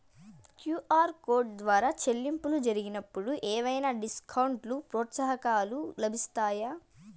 QR code ద్వారా చెల్లింపులు జరిగినప్పుడు ఏవైనా డిస్కౌంట్ లు, ప్రోత్సాహకాలు లభిస్తాయా?